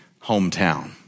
hometown